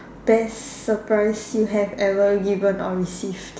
best surprise you have ever given or received